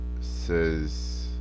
says